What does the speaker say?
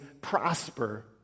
prosper